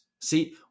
See